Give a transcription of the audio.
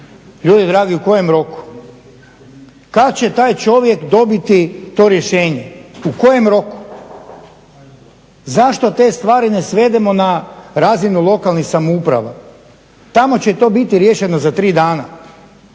Ljudi dragi u kojem roku? Kada će taj čovjek dobiti to rješenje u kojem roku? Zašto te stvari ne svedemo na razinu lokalnih samouprava, tamo će to biti riješeno za tri dana.